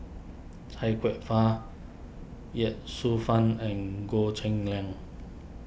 Chia Kwek Fah Ye Shufang and Goh Cheng Liang